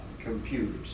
computers